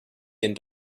den